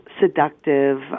seductive